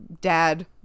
dad